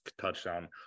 touchdown